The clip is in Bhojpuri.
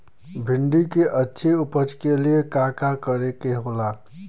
भिंडी की अच्छी उपज के लिए का का करे के होला?